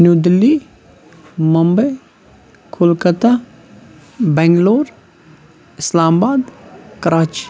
New Delhi Mumbai Kolkata Bangalore Islamabad Karachi